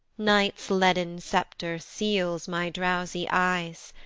night's leaden sceptre seals my drowsy eyes,